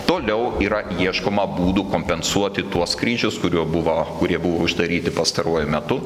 toliau yra ieškoma būdų kompensuoti tuos skrydžius kurių buvo kurie buvo uždaryti pastaruoju metu